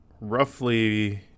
roughly